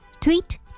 Tweet